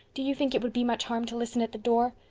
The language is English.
do you think it would be much harm to listen at the door?